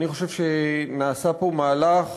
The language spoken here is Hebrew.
אני חושב שנעשה פה מהלך,